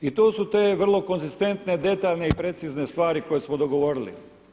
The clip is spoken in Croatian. I to su te vrlo konzistentne, detaljne i precizne stvari koje smo dogovorili.